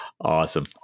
awesome